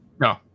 No